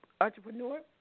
entrepreneur